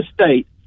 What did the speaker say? state